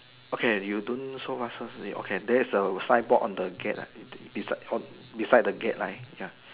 okay you don't so much first leh okay there is a signboard on the gate ah beside the gate line ya